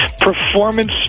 Performance